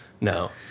No